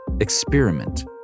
experiment